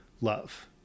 Love